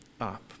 up